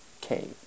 cave